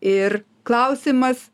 ir klausimas